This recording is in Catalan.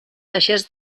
deixés